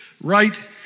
right